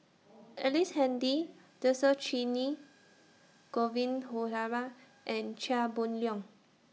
Ellice Handy Dhershini Govin Winodan and Chia Boon Leong